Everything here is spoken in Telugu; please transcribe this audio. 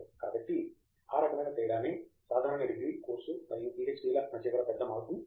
కాబట్టి ఆ రకమైన తేడానే సాధారణ డిగ్రీ కోర్సు మరియు పిహెచ్డి ల మధ్య గల పెద్ద మార్పును సూచిస్తుంది